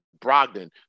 Brogdon